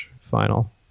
final